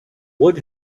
would